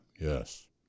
Yes